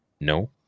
No